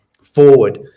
forward